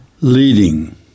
Leading